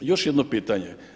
Još jedno pitanje.